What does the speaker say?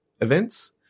events